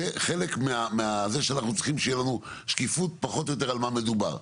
זה חלק מזה שאנחנו צריכים שתהיה לנו שקיפות פחות או יותר על מה מדובר.